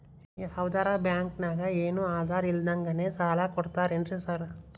ಯಾವದರಾ ಬ್ಯಾಂಕ್ ನಾಗ ಏನು ಆಧಾರ್ ಇಲ್ದಂಗನೆ ಸಾಲ ಕೊಡ್ತಾರೆನ್ರಿ ಸಾರ್?